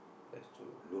that's true